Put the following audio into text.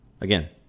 Again